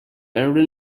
better